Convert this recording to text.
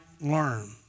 learn